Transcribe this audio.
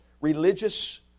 religious